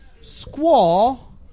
Squall